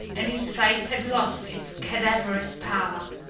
and his face had lost its cadaverous pallor.